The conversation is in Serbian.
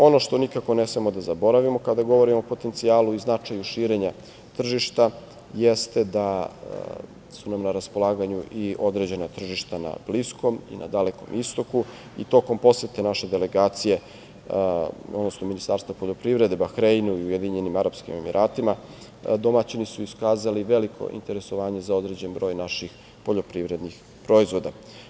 Ono što nikako ne smemo da zaboravimo kada govorimo o potencijalu i značaju širenja tržišta jeste da su nam na raspolaganju i određena tržišta na bliskom i na dalekom istoku i tokom posete naše delegacije, odnosno Ministarstva poljoprivrede Bahreinu i Ujedinjeni Arapskim Emiratima, domaćini su iskazali veliko interesovanje za određen broj naših poljoprivrednih proizvoda.